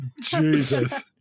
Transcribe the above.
Jesus